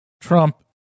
Trump